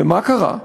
ומה קרה?